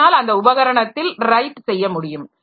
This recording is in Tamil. ஆனால் அந்த உபகரணத்தில் ரைட் செய்ய முடியும்